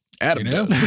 Adam